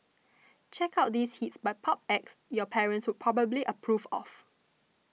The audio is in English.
check out these hits by pop acts your parents would probably approve of